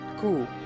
Cool